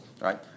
Right